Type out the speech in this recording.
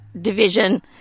Division